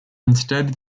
instead